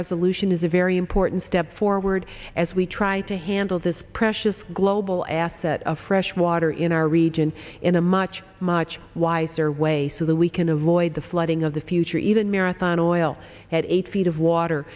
resolution is a very important step forward as we try to handle this precious global asset of fresh water in our region in a much much wiser way so that we can avoid the flooding of the future even marathon oil had eight feet of water